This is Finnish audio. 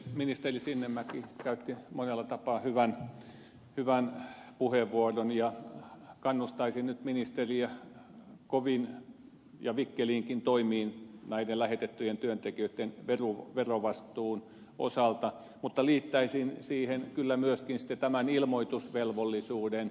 ministeri sinnemäki käytti monella tapaa hyvän puheenvuoron ja kannustaisin nyt ministeriä koviin ja vikkeliinkin toimiin näiden lähetettyjen työntekijöitten verovastuun osalta mutta liittäisin siihen kyllä myöskin sitten tämän ilmoitusvelvollisuuden antamisen